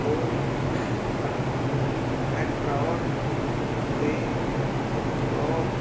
ਓ petrol 'ਤੇ ਲੌ